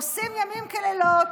עושים ימים ולילות,